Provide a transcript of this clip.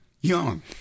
Young